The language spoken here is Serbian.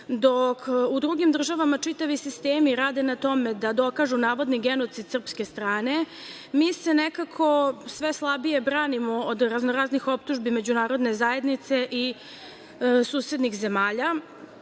u drugim državama čitavi sistemi rade na tome da dokažu navodni genocid srpske strane, mi se sve slabije branimo od raznoraznih optužbi međunarodne zajednice i susednih zemalja.